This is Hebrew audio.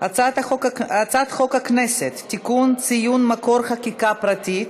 הצעת חוק הכנסת (תיקון, ציון מקור חקיקה פרטית),